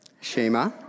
Shema